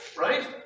right